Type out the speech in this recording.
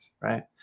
Right